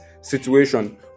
situation